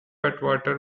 atwater